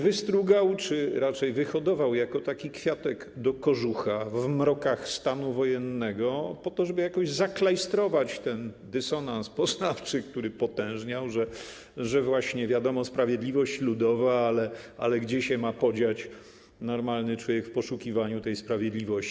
Wystrugał czy raczej wyhodował jako taki kwiatek do kożucha w mrokach stanu wojennego, po to żeby jakoś zaklajstrować ten dysonans poznawczy, który potężniał, że właśnie, wiadomo, sprawiedliwość ludowa, ale gdzie się ma podziać normalny człowiek w poszukiwaniu tej sprawiedliwości.